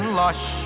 lush